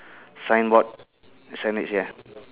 sign board signage ya